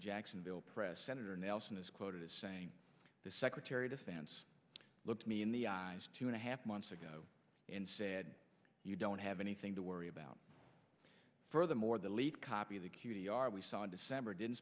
jacksonville press senator nelson is quoted as saying the secretary of defense looked me in the eyes two and a half months ago and said you don't have anything to worry about furthermore the lead copy of the q t r we saw in december didn't